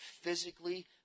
physically